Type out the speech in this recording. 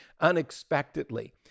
unexpectedly